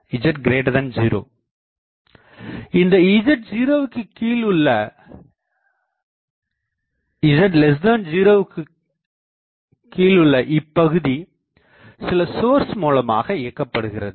இந்த z 0விற்குக் கீழ் உள்ள Z0 இப்பகுதி சில சோர்ஸ் மூலமாக இயக்கப்படுகிறது